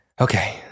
okay